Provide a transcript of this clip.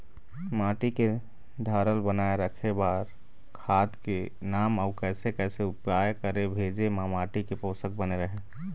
माटी के धारल बनाए रखे बार खाद के नाम अउ कैसे कैसे उपाय करें भेजे मा माटी के पोषक बने रहे?